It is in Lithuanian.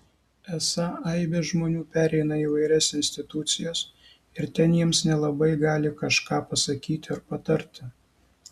esą aibė žmonių pereina įvairias institucijas ir ten jiems nelabai gali kažką pasakyti ar patarti